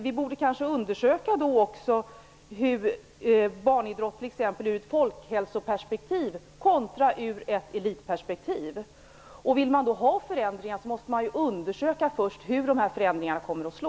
Vi borde undersöka barnidrotten ur ett folkhälsoperspektiv kontra ett elitperspektiv. Vill man ha förändringar måste man först undersöka hur förändringarna kommer att slå.